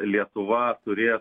lietuva turės